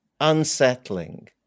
unsettling